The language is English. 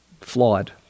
Flawed